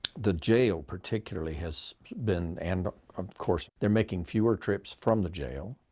the jail particularly has been and, of course, they're making fewer trips from the jail,